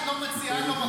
תשריינו אותו אצלכם.